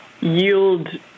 yield